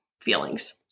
feelings